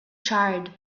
charred